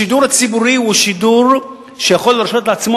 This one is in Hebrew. השידור הציבורי הוא שידור שיכול להרשות לעצמו